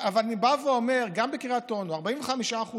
אני אומר: גם בקריית אונו, ה-45% שעברו,